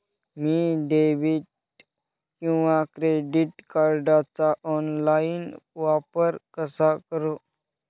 मी debit किंवा credit कार्डचा online वापर कसा करु?